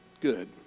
good